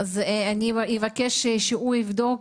אז אני אבקש שהוא יבדוק.